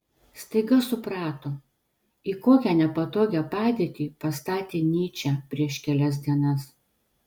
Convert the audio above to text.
staiga suprato į kokią nepatogią padėtį pastatė nyčę prieš kelias dienas